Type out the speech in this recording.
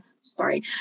sorry